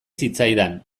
zitzaidan